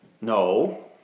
No